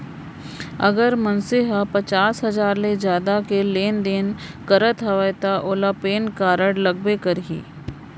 अगर मनसे ह पचार हजार ले जादा के लेन देन करत हवय तव ओला पेन कारड लगबे करही